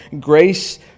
grace